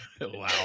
Wow